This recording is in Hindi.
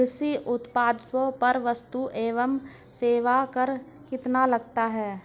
कृषि उत्पादों पर वस्तु एवं सेवा कर कितना लगता है?